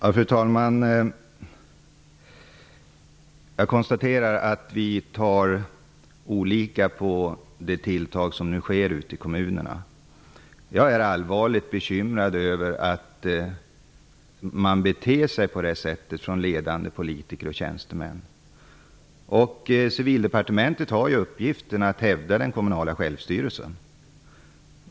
Fru talman! Jag konstaterar att vi ser olika på det tilltag som nu sker ute i kommunerna. Jag är allvarligt bekymrad över att ledande politiker och tjänstemän beter sig på det sättet. Civildepartementet har uppgiften att hävda den kommunala självstyrelsen.